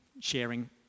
sharing